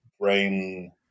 brain